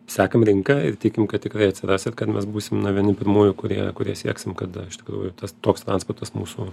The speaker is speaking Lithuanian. sekam rinką ir tikim kad tikrai atsiras ir kad mes būsim na vieni pirmųjų kurie kurie sieksim kad iš tikrųjų tas toks transportas mūsų